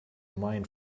mind